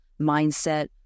mindset